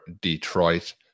detroit